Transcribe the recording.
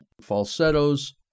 falsettos